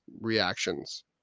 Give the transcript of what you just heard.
reactions